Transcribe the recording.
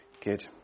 good